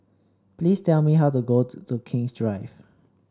please tell me how to get to King's Drive